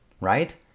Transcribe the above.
right